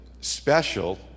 special